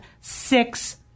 six